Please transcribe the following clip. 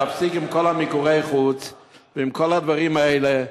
להפסיק עם כל מיקורי החוץ ועם כל הדברים האלה.